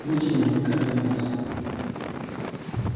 mti unaonekana Kwa mbali.